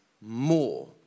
more